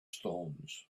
stones